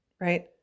Right